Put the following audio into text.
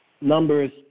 numbers